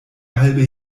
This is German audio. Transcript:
halbe